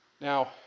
Now